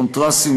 קונטרסים,